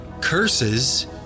curses